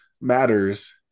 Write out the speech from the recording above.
matters